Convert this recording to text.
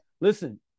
Listen